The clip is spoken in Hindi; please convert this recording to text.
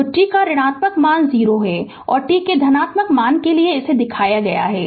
तो t का ऋणात्मक मान 0 है और t के धनात्मक मान के लिए इसे दिखाया गया है